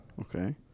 Okay